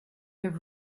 have